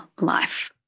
life